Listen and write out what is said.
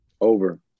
Over